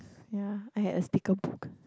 ya I had a sticker book